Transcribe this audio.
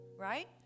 right